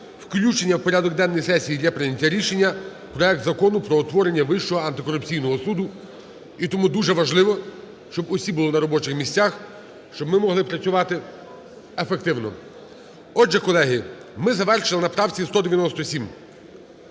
включення в порядок денний сесії для прийняття рішення проект Закону про утворення Вищого антикорупційного суду. І тому дуже важливо, щоб усі були на робочих місцях, щоб ми могли працювати ефективно. Отже, колеги, ми завершили на правці 197.